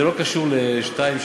זה לא קשור ל-2365.